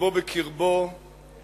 לבו בקרבו